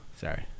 sorry